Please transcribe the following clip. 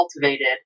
cultivated